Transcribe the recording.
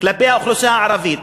כלפי האוכלוסייה הערבית?